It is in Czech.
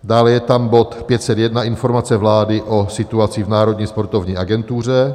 Dále je tam bod 501, Informace vlády o situaci v Národní sportovní agentuře.